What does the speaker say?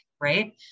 right